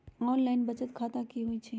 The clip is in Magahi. ऑनलाइन बचत खाता की होई छई?